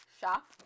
shop